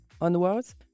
onwards